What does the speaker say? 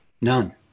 none